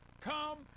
Come